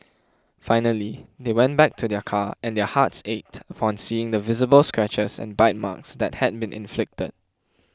finally they went back to their car and their hearts ached upon seeing the visible scratches and bite marks that had been inflicted